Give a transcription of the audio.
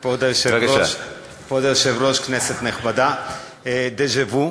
כבוד היושב-ראש, כנסת נכבדה, דז'ה-וו.